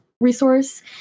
resource